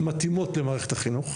מתאימות למערכת החינוך,